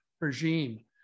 regime